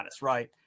right